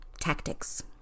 tactics